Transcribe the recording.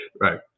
Right